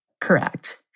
correct